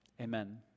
Amen